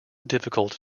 difficult